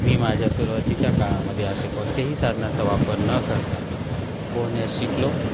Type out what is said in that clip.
मी माझ्या सुरवातीच्या काळामध्ये असे कोणतेही साधनाचा वापर न करता पोहण्यास शिकलो